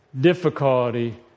difficulty